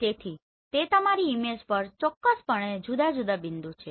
તેથી તે તમારી ઈમેજ પર ચોક્કસપણે જુદા જુદા બિંદુ છે